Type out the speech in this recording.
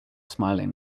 smiling